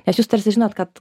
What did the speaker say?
nes jūs tarsi žinot kad